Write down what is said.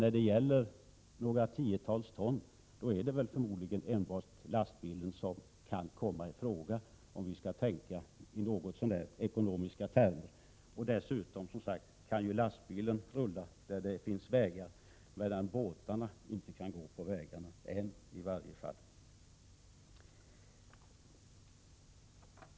När det gäller bara några tiotals ton är det bara lastbilen som är ekonomisk. Och lastbilarna kan köra överallt där det finns vägar, medan båtarna inte kan gå på vägarna, i varje fall inte ännu.